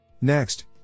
Next